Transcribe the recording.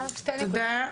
תודה.